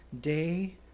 day